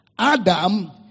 Adam